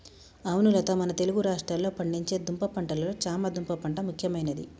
అవును లత మన తెలుగు రాష్ట్రాల్లో పండించే దుంప పంటలలో చామ దుంప పంట ముఖ్యమైనది